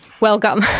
Welcome